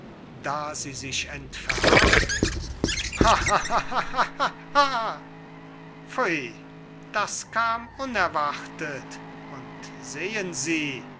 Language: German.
da sie sich entfärbt lacht er hämisch auf pfui das kam unerwartet und sehen sie